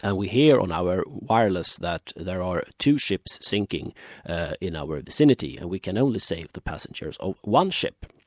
and we hear on our wireless that there are two ships sinking in our vicinity and we can only save the passengers of one ship.